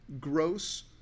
gross